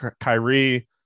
Kyrie